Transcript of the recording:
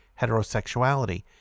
heterosexuality